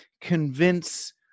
convince